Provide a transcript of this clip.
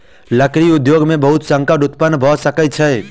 लकड़ी उद्योग में बहुत संकट उत्पन्न भअ सकै छै